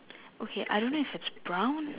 okay I don't know if it's brown